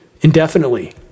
indefinitely